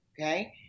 Okay